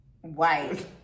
white